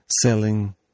selling